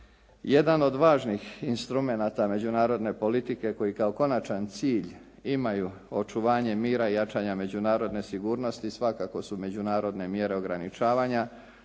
Jedan od važnih instrumenata međunarodne politike koji kao konačan cilj imaju očuvanje mira i jačanja međunarodne sigurnosti svakako su međunarodne mjere ograničavanja